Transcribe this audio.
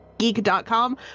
geek.com